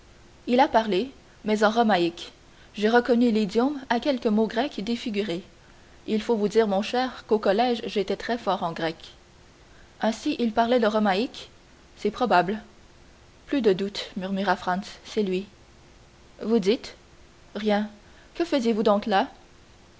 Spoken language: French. il a parlé mais en romaïque j'ai reconnu l'idiome à quelques mots grecs défigurés il faut vous dire mon cher qu'au collège j'étais très fort en grec ainsi il parlait le romaïque c'est probable plus de doute murmura franz c'est lui vous dites rien que faisiez-vous donc là